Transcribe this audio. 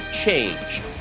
change